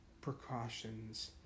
precautions